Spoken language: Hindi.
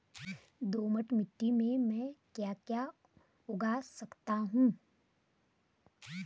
दोमट मिट्टी में म ैं क्या क्या उगा सकता हूँ?